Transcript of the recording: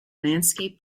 landscape